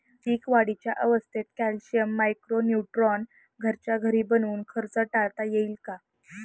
पीक वाढीच्या अवस्थेत calcium, micro neutron घरच्या घरी बनवून खर्च टाळता येईल का?